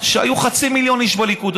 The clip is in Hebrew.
שהיו חצי מיליון איש בליכוד.